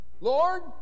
Lord